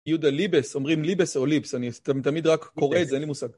יהודה ליבס, אומרים ליבס או ליפס, אני תמיד רק קורא את זה, אין לי מושג.